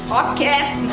Podcast